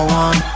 one